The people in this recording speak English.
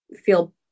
feel